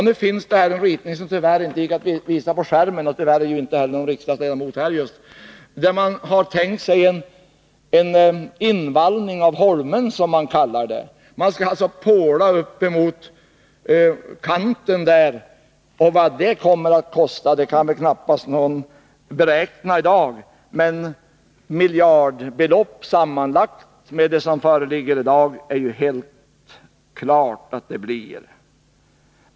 Nu finns det en ritning, som tyvärr inte går att visa på kammarens bildskärm — och tyvärr är inte heller många riksdagsledamöter här — där man har tänkt sig en invallning av holmen, som man kallar det. Man skall alltså påla upp emot kanten, och vad det kommer att kosta kan väl knappast någon beräkna i dag, men det är helt klart att tillsammans med de kostnader som redan lagts ner blir det miljardbelopp.